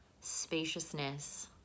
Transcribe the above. spaciousness